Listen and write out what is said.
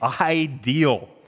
ideal